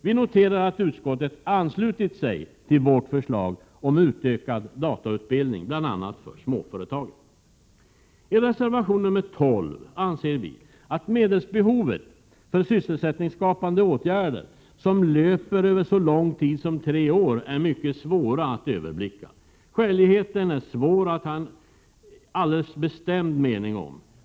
Vi noterar att utskottet anslutit sig till vårt förslag om utökad datautbildning, bl.a. för småföretagen. I reservation 12 anser vi att medelsbehovet för sysselsättningsskapande åtgärder, som löper över så lång tid som tre år, är mycket svårt att överblicka. Skäligheten är svår att ha en alldeles bestämd mening om.